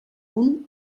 punt